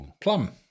Plum